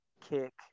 kick